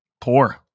poor